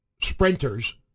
sprinters